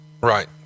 right